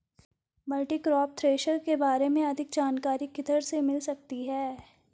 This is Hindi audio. मल्टीक्रॉप थ्रेशर के बारे में अधिक जानकारी किधर से मिल सकती है?